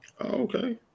okay